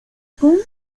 pon